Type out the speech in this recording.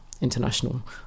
international